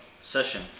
session